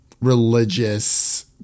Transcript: religious